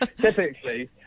Typically